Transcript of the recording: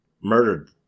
murdered